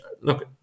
look